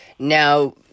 Now